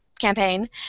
campaign